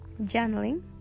journaling